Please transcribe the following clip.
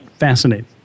Fascinating